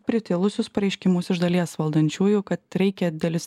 pritilusius pareiškimus iš dalies valdančiųjų kad reikia dalis